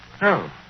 No